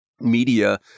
media